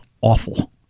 awful